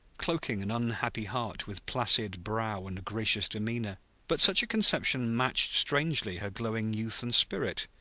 cloaking an unhappy heart with placid brow and gracious demeanor but such a conception matched strangely her glowing youth and spirit.